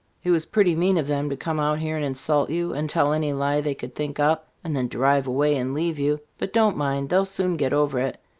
it was pretty mean of them to come out here and insult you, and tell any lie they could think up, and then drive away and leave you but don't mind, they'll soon get over it.